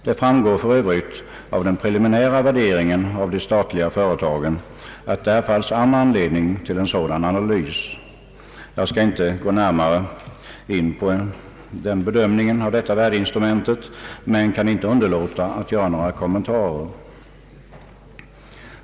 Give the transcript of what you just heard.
Det framgår för övrigt av den preliminära värderingen av de statliga företagen att det fanns all anledning att göra en sådan analys. Jag skall inte närmare gå in på en bedömning av detta värdeinstrument, men jag kan inte underlåta att göra några kommentarer.